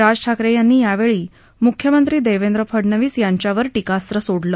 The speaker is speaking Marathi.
राज ठाकरव्रांनी या वळी मुख्यमंत्री दक्षित फडनवीस यांच्यावरही टीकास्त्र सोडलं